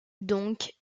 donc